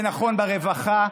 זה נכון ברווחה,